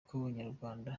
kw’abanyarwanda